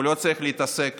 והוא לא צריך להתעסק